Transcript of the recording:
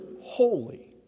holy